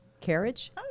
carriage